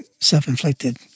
self-inflicted